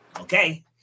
okay